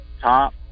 top